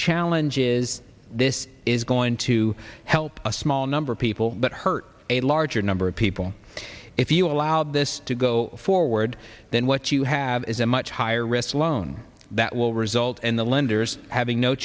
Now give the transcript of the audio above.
challenge is this is going to help a small number of people but hurt a larger number of people if you allow this to go forward then what you have is a much higher risk loan that will result in the lenders having no